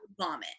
Vomit